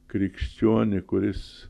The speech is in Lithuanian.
krikščionį kuris